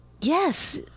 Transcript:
Yes